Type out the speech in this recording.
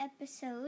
episode